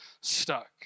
stuck